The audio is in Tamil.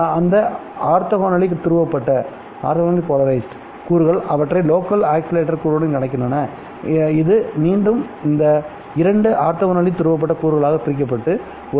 அந்த ஆர்த்தோகனலி துருவப்படுத்தப்பட்ட கூறுகள் அவற்றை லோக்கல் ஆஸிலேட்டர் கூறுடன் கலக்கின்றனஇது மீண்டும் இரண்டு ஆர்த்தோகனலி துருவப்படுத்தப்பட்ட கூறுகளாகப் பிரிக்கப்பட்டு ஒரு ஐ